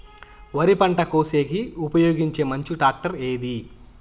వరి పంట కోసేకి ఉపయోగించే మంచి టాక్టర్ ఏది?